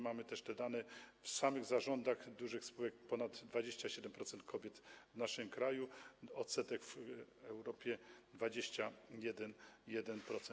Mamy też dane dotyczące samych zarządów dużych spółek - ponad 27% kobiet w naszym kraju, a odsetek w Europie - 21%.